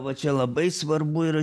va čia labai svarbu yra